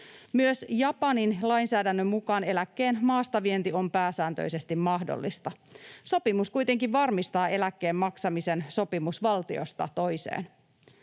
Myös Japanin lainsäädännön mukaan eläkkeen maastavienti on pääsääntöisesti mahdollista. Sopimus kuitenkin varmistaa eläkkeen maksamisen sopimusvaltiosta toiseen.